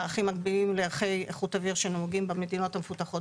לערכים מקבילים לערכי איכות אוויר שנוגעים במדינות המפותחות